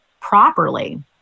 properly